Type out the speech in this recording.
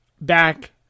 back